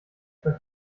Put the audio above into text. bei